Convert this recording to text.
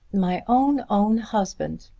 my own, own husband.